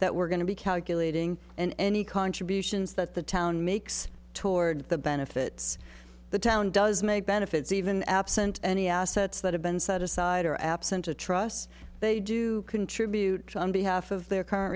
that we're going to be calculating and any contributions that the town makes toward the benefits the town does make benefits even absent any assets that have been set aside or absent a trust they do contribute on behalf of their cour